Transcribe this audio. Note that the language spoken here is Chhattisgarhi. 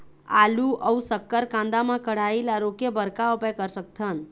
आलू अऊ शक्कर कांदा मा कढ़ाई ला रोके बर का उपाय कर सकथन?